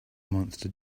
monster